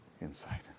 inside